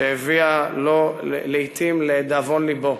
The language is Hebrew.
שהביאה לו, לעתים, לדאבון לבו.